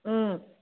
ꯎꯝ